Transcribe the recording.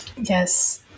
Yes